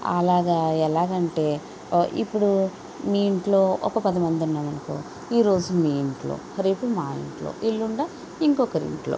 అలాగ ఎలాగంటే ఇప్పుడు మీ ఇంట్లో ఒక పది మంది ఉన్నామనుకో ఈరోజు మీ ఇంట్లో రేపు మా ఇంట్లో ఎల్లుండి ఇంకొకరి ఇంట్లో